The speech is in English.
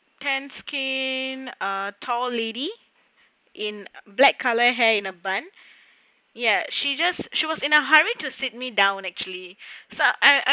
tan skin uh tall lady in black colour hair in a bun ya she just she was in a hurry to sit me down and actually so I